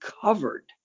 covered